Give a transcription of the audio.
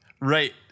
Right